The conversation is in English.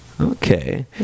Okay